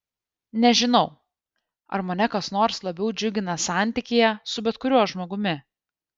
nežinau ar mane kas nors labiau džiugina santykyje su bet kuriuo žmogumi